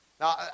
Now